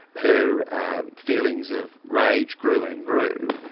her feelings of rage grew and grew,